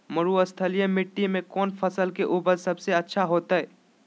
मरुस्थलीय मिट्टी मैं कौन फसल के उपज सबसे अच्छा होतय?